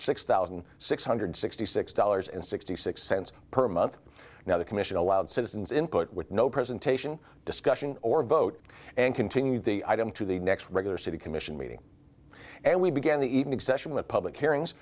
six thousand six hundred sixty six dollars and sixty six cents per month now the commission allowed citizens input with no presentation discussion or vote and continued the item to the next regular city commission meeting and we began the even exemption of public hearings